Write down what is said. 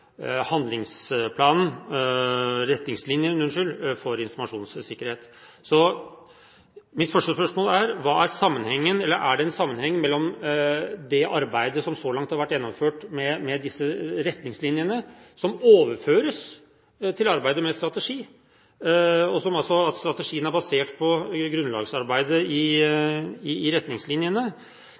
for informasjonssikkerhet. Mitt første spørsmål er: Er det en sammenheng i det arbeidet som så langt har vært gjennomført med disse retningslinjene, som overføres til arbeidet med strategi – altså at strategien er basert på grunnlagsarbeidet i retningslinjene? Det andre spørsmålet er: Hvilke tanker har statsråden om involvering av Stortinget i